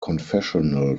confessional